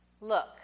look